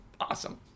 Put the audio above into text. awesome